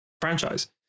franchise